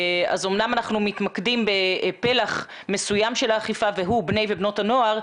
אז אמנם אנחנו מתמקדים בפלח מסוים של האכיפה והוא בני ובנות הנוער,